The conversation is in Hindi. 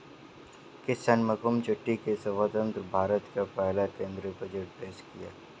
के शनमुखम चेट्टी ने स्वतंत्र भारत का पहला केंद्रीय बजट पेश किया